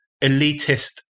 elitist